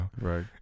right